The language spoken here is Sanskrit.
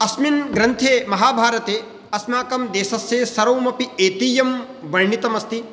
अस्मिन् ग्रन्थे महाभारते अस्माकं देशस्य सर्वमपि ऐतिह्यं वर्णितमस्ति